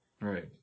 right